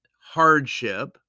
hardship